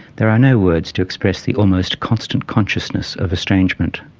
there are no words to express the almost constant consciousness of estrangement.